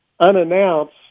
unannounced